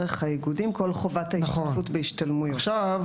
כל חובת ההשתתפות בהשתלמויות הייתה אמורה לעבור דרך האיגודים?